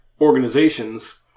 organizations